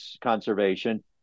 conservation